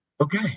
Okay